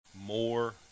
more